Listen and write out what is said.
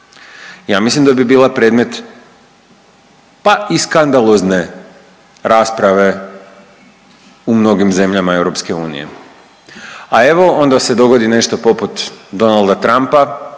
ja mislim da bi bila predmet pa i skandalozne rasprave u mnogim zemljama EU, a evo onda se dogodi nešto poput Donalda Trumpa,